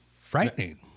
frightening